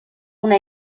una